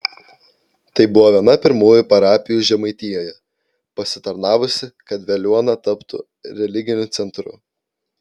tai buvo viena pirmųjų parapijų žemaitijoje pasitarnavusi kad veliuona taptų religiniu centru